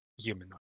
human